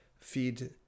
feed